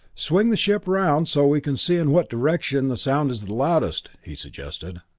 swing the ship around so we can see in what direction the sound is loudest, he suggested.